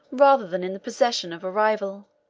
rather than in the possession of a rival.